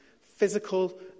physical